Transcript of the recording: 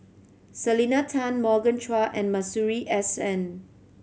Selena Tan Morgan Chua and Masuri S N